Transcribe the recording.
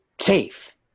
safe